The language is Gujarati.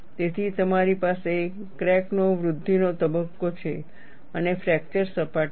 તેથી તમારી પાસે ક્રેક નો વૃદ્ધિનો તબક્કો છે અને ફ્રેક્ચર સપાટી છે